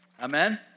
Amen